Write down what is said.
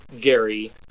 Gary